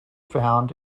found